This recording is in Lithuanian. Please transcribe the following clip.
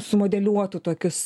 sumodeliuotų tokius